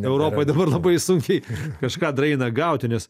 europoj dabar labai sunkiai kažką dar eina gauti nes